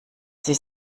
sie